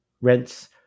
rents